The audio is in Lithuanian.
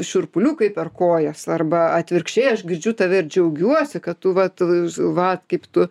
šiurpuliukai per kojas arba atvirkščiai aš girdžiu tave ir džiaugiuosi kad tu vat va kaip tu